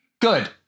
Good